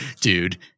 dude